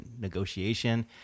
negotiation